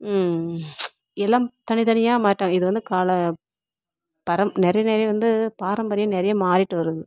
எல்லாம் தனித்தனியாக மாட்ட இதுகால பரம் நிறைய நிறைய வந்து பாரம்பரியம் நிறைய மாறிட்டு வருது